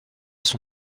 son